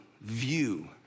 view